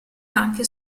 anche